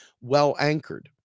well-anchored